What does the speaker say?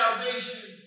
Salvation